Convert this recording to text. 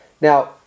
Now